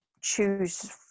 choose